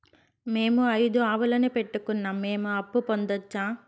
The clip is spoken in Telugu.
మేము ఐదు ఆవులని పెట్టుకున్నాం, మేము అప్పు పొందొచ్చా